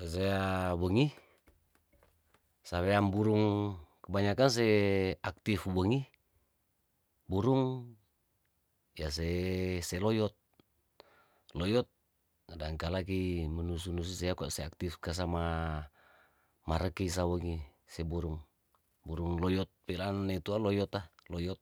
Sea wengi saweam burung kebanyakan se aktif wengi burung ya se se loyot, loyot kadang kala ki menusu nusu sea kwa seaktif kasama mareki sawengi se burung burung loyot penaan natua loyot ta loyot